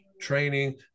training